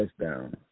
touchdown